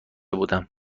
بودم